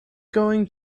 going